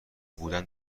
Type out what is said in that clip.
بودن